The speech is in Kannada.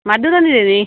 ಮದ್ದು ತಂದಿದೀನಿ